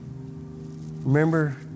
Remember